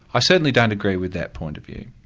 i certainly don't agree with that point of view.